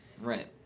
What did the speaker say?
Right